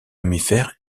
mammifères